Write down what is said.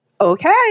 okay